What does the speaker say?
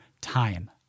time